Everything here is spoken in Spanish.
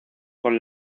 con